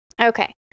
Okay